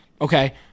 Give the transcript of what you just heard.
Okay